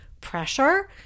pressure